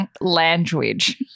language